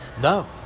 No